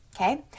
okay